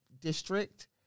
district